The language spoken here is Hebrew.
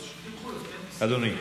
אדוני.